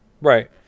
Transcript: Right